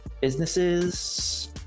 businesses